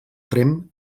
tremp